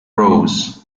rose